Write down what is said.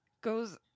goes